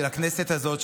של הכנסת הזאת,